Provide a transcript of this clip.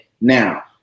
Now